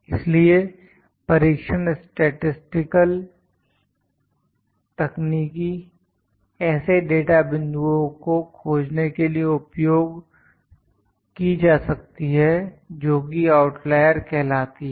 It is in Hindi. इसलिए परीक्षण स्टैटिसटिकल तकनीकी ऐसे डाटा बिंदुओं को खोजने के लिए उपयोग की जा सकती हैं जोकि आउटलायर कहलाती हैं